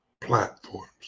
platforms